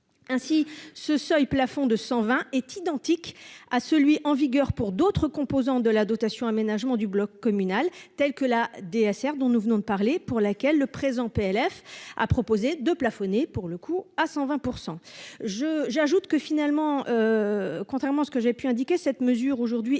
ainsi ce seuil plafond de 120 est identique à celui en vigueur pour d'autres composantes de la dotation aménagement du bloc communal, tels que la DSR dont nous venons de parler pour laquelle le présent PLF a proposé de plafonner, pour le coup à 120 % je j'ajoute que, finalement, contrairement à ce que j'ai pu indiquer cette mesure aujourd'hui et